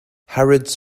harrods